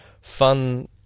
fun